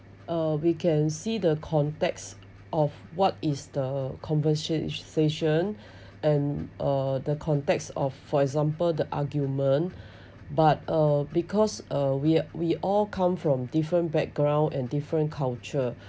uh we can see the context of what is the conversation and uh the context of for example the argument but uh because uh we we all come from different backgrounds and different culture